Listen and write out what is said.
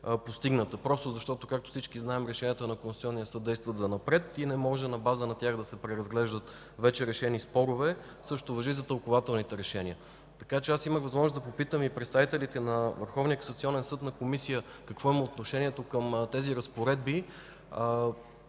постигната, просто защото, както всички знаем, решенията на Конституционния съд действат занапред и не може на база на тях да се преразглеждат вече решени спорове. Същото важи и за тълкувателните решения. Аз имах възможност да попитам и представителите на Върховния касационен съд на заседание